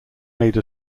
made